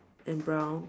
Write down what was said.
and brown